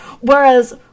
Whereas